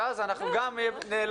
אז יש שבועיים לחסן אותם.